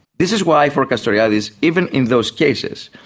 this is why, for castoriadis, even in those cases,